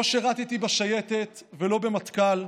לא שירתי בשייטת ולא במטכ"ל,